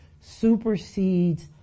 supersedes